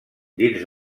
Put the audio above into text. dins